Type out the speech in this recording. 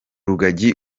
rugagi